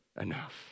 enough